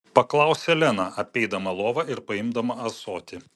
paklausė lena apeidama lovą ir paimdama ąsotį